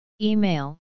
Email